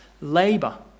Labor